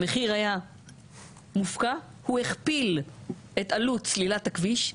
המחיר היה מופקע והוא הכפיל את עלות סלילת הכביש,